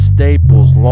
Staples